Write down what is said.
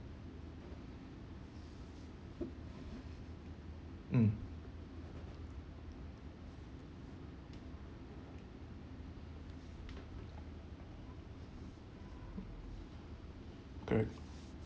um correct